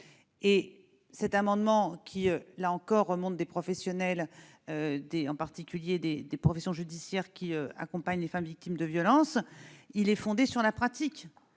de repli par rapport au précédent, remonte des professionnels, en particulier des professions judiciaires qui accompagnent les femmes victimes de violences. Il est fondé sur la pratique.